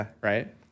right